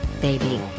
baby